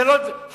זה לא חד-צדדי.